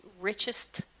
richest